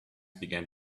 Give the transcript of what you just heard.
began